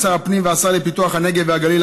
את שר הפנים והשר לפיתוח הנגב והגליל,